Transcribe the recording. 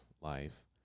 life